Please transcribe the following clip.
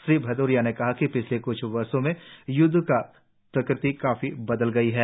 श्री भदौरिया ने कहा कि पिछले क्छ वर्षो में युद्ध की प्रकृति काफी बदल गई है